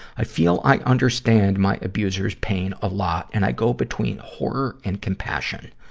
i feel i understand my abuser's pain a lot, and i go between horror and compassion.